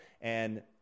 and-